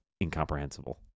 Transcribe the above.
incomprehensible